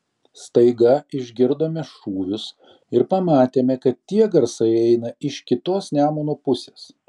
staiga išgirdome šūvius ir pamatėme kad tie garsai eina iš kitos nemuno pusės